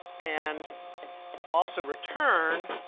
and also return